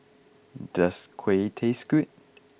does Kuih taste good